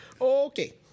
okay